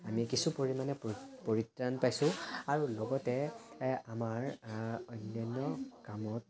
আমি কিছু পৰিমাণে পৰি পৰিত্ৰাণ পাইছোঁ আৰু লগতে আমাৰ অন্যান্য কামত